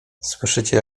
słyszycie